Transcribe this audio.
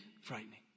frightening